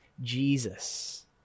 Jesus